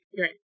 Right